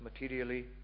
materially